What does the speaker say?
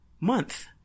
month